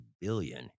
billion